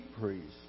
priests